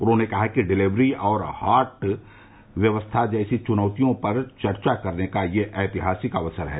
उन्होंने कहा कि डिलीवरी और हाट व्यवस्था जैसी चुनौतियों पर चर्चा करने का यह ऐतिहासिक अवसर है